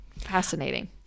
fascinating